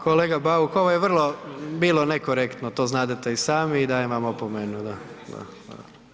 Kolega Bauk, ovo je vrlo bilo nekorektno, to znadete i sami i dajem vam opomenu da.